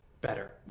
better